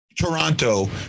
Toronto